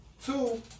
Two